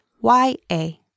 Y-A